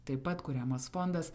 taip pat kuriamas fondas